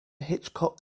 hitchcock